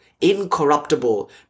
incorruptible